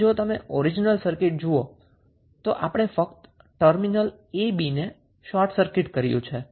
હવે જો તમે ઓરિજિનલ સર્કિટ જુઓ તો આપણે ફક્ત ટર્મિનલ a b ને શોર્ટ સર્કિટ કર્યું છે